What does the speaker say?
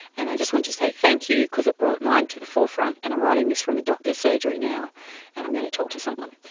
and i just wanted to say thank you because it brought to to the forefront and i'm writing this from a doctor's surgery now and i'm going to talk to someone.